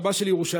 רבה של ירושלים,